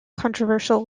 controversial